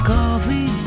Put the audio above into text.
coffee